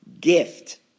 gift